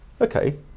Okay